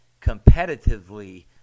competitively